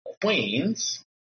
queens